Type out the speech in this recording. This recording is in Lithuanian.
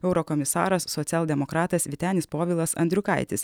eurokomisaras socialdemokratas vytenis povilas andriukaitis